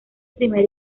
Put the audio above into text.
primer